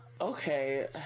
okay